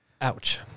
Ouch